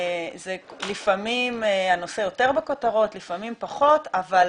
לפעמים הנושא יותר בכותרות, לפעמים פחות, אבל